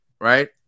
right